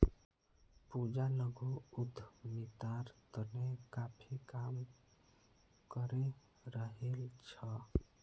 पूजा लघु उद्यमितार तने काफी काम करे रहील् छ